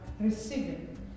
receiving